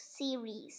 series